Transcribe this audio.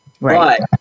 Right